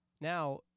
Now